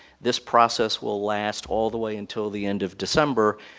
this process will last all the way until the end of december,